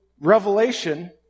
Revelation